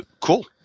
cool